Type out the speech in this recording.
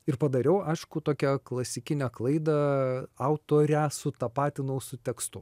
ir padariau aišku tokią klasikinę klaidą autorę sutapatinau su tekstu